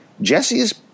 Jesse's